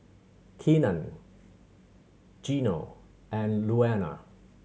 Keenan Gino and Louanna